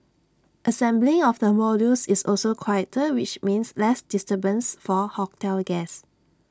assembly of the modules is also quieter which means less disturbance for hotel guests